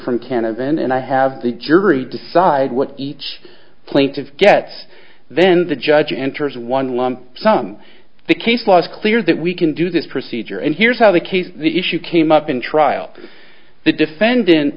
from canada and i have the jury decide what each plaintiff gets then the judge enters one lump sum the case law is clear that we can do this procedure and here's how the case the issue came up in trial the defendant